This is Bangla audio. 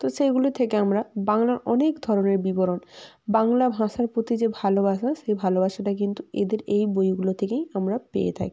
তো সেইগুলি থেকে আমরা বাংলার অনেক ধরনের বিবরণ বাংলা ভাষার প্রতি যে ভালোবাসা সেই ভালোবাসাটা কিন্তু এদের এই বইগুলো থেকেই আমরা পেয়ে থাকি